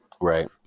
right